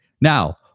Now